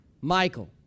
Michael